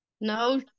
No